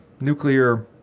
nuclear